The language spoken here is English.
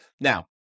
Now